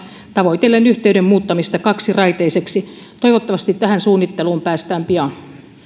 tavoitellen yhteyden muuttamista kaksiraiteiseksi toivottavasti tähän suunnitteluun päästään pian